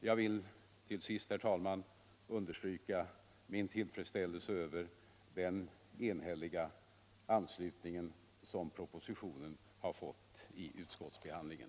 Jag vill till sist, herr talman, understryka min tillfredsställelse över den enhälliga anslutning som propositionen har fått i utskottsbehandlingen.